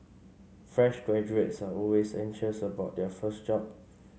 fresh graduates are always anxious about their first job